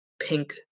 pink